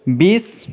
বিছ